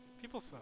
People